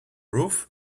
roof